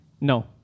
No